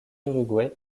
uruguay